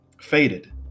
Faded